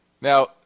Now